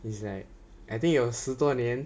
it's like I think 有十多年